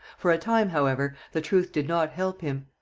for a time, however, the truth did not help him.